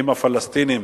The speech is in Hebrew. אם הפלסטינים